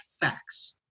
facts